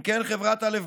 אם כן, חברת א.